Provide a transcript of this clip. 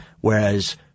whereas